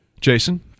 Jason